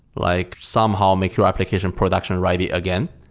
like somehow make your application production ready again.